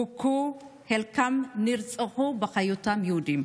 הוכו וחלקם נרצחו בשל היותם יהודים.